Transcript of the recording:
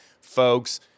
folks